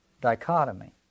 dichotomy